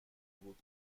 بود